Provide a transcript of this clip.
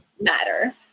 matter